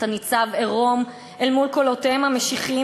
אתה ניצב עירום אל מול קולותיהם המשיחיים